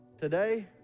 Today